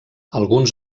alguns